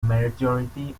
majority